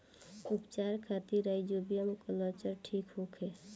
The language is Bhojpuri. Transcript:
उपचार खातिर राइजोबियम कल्चर ठीक होखे?